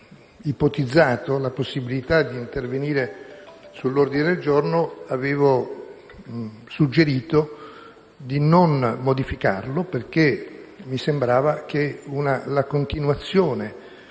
ipotizzato la possibilità di intervenire sull'ordine del giorno, avevo suggerito di non modificarlo, perché mi sembrava che seguire